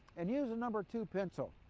and use a number two pencil.